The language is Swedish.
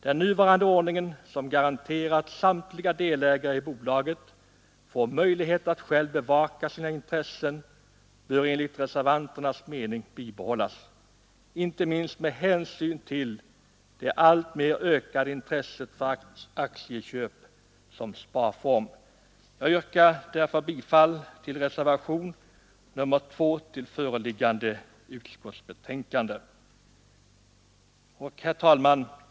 Den nuvarande ordningen, som garanterar att samtliga delägare i bolaget får möjlighet att själva bevaka sina intressen, bör enligt reservanternas mening bibehållas, inte minst med hänsyn till det alltmer ökade intresset för aktieköp som sparform. Jag yrkar därför bifall till reservationen 2 till föreliggande utskottsbetänkande. Herr talman!